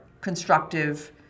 constructive